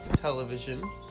Television